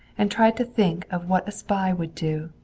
and tried to think of what a spy would do,